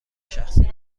شخصی